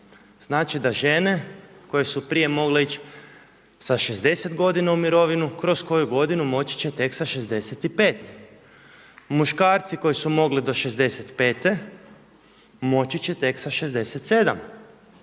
Znači da žene koje su prije mogle ići sa 60 godina u mirovinu, kroz koju godinu moći će tek sa 65. muškarci koji su mogli do 65. moći će tek sa 67.